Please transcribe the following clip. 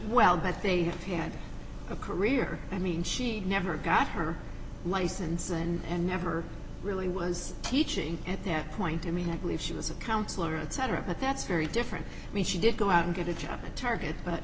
well but they have had a career i mean she never got her license and never really was teaching at that point i mean i believe she was a counselor etc but that's very different mean she did go out and get a job at target but